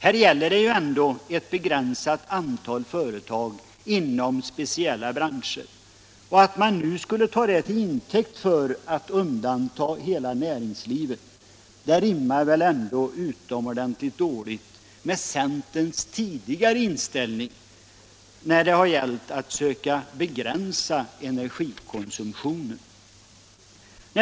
Här gäller det emellertid ett begränsat antal företag inom speciella branscher, och att nu ta dessa till intäkt för att undanta hela näringslivet rimmar utomordentligt dåligt med centerns tidigare inställning när det har gällt att söka begränsa energikonsumtionen.